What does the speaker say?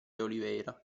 oliveira